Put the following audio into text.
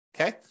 okay